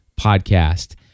podcast